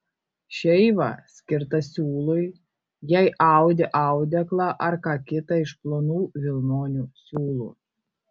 šeiva skirta siūlui jei audi audeklą ar ką kita iš plonų vilnonių siūlų